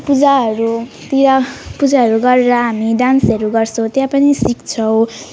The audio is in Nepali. पूजाहरूतिर पूजाहरू गरेर हामी डान्सहरू गर्छौँ त्यहाँ पनि सिक्छौँ